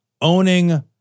owning